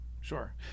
Sure